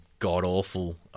God-awful